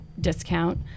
discount